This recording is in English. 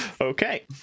Okay